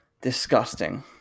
Disgusting